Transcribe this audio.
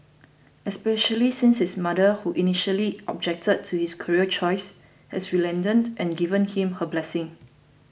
especially since his mother who initially objected to his career choice has relented and given him her blessings